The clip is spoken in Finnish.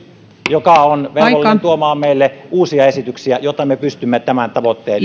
joka on velvollinen tuomaan meille uusia esityksiä jotta me pystymme tämän tavoitteen